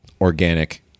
organic